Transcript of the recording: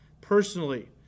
personally